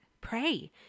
pray